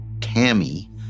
Tammy